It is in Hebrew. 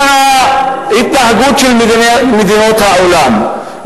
מההתנהגות של מדינות עולם,